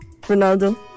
Ronaldo